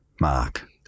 mark